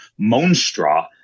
monstra